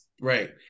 Right